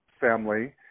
family